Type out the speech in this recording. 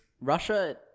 Russia